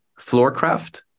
Floorcraft